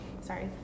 sorry